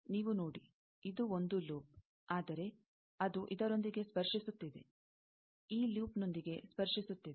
ನೀವು ನೋಡಿ ಇದು ಒಂದು ಲೂಪ್ ಆದರೆ ಅದು ಇದರೊಂದಿಗೆ ಸ್ಪರ್ಶಿಸುತ್ತಿದೆ ಈ ಲೂಪ್ನೊಂದಿಗೆ ಸ್ಪರ್ಶಿಸುತ್ತಿದೆ